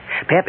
Pep